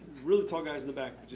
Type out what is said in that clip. real tall guys in the back.